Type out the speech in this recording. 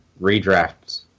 redrafts